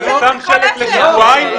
סמנכ"ל כספים של קבוצת אבגול.